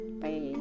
bye